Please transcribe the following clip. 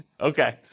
Okay